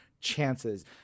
chances